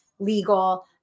legal